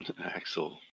Axel